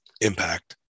impact